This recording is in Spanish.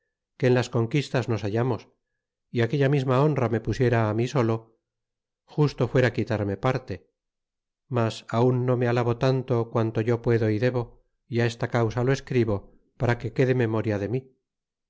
que en las conquistas nos hallamos y aquella misma honra me pusiera mi solo justo fuera quitarme parte mas aun no me alabo tanto quanto yo puedo y debo y esta causa lo escribo para que quede memoria de ml